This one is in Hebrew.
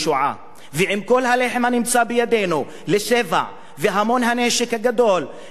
ועם כל הלחם הנמצא בידינו לשבע והמון הנשק הגדול וכל הכבודה